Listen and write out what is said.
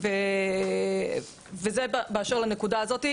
זה באשר לנקודה הזאת.